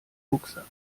rucksack